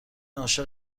عاشق